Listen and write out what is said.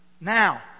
Now